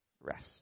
rest